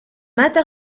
مات